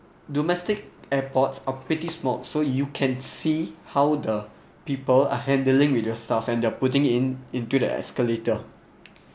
domestic airports are pretty small so you can see how the people are handling with your stuff and they're putting in into the escalator